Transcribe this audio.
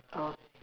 uh